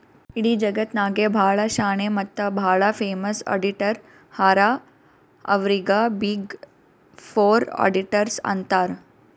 ಇಡೀ ಜಗತ್ನಾಗೆ ಭಾಳ ಶಾಣೆ ಮತ್ತ ಭಾಳ ಫೇಮಸ್ ಅಡಿಟರ್ ಹರಾ ಅವ್ರಿಗ ಬಿಗ್ ಫೋರ್ ಅಡಿಟರ್ಸ್ ಅಂತಾರ್